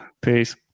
peace